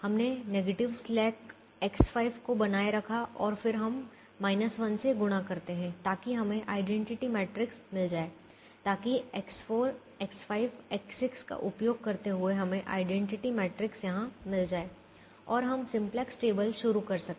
हमने negative slack X5 को बनाए रखा है और फिर हम 1 से गुणा करते हैं ताकि हमें आइडेंटिटी मैट्रिक्स मिल जाए ताकि X4 X5 X6 का उपयोग करते हुए हमें आइडेंटिटी मैट्रिक्स यहां मिल जाए और हम सिम्प्लेक्स टेबल शुरू कर सके